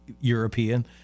European